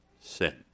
sin